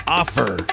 offer